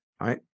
right